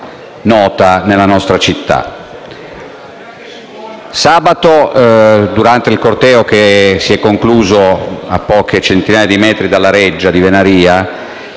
Stefano *(PD)*. Sabato, durante il corteo che si è concluso a poche centinaia di metri dalla reggia di Venaria,